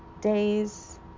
days